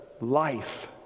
life